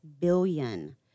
billion